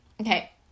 Okay